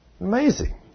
Amazing